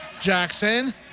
Jackson